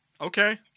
Okay